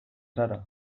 zara